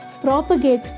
propagate